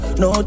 no